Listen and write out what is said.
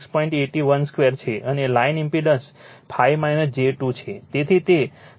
812 છે અને line impedance 5 j 2 છે તેથી તે 695